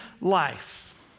life